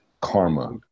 karma